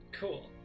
cool